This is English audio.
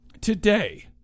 today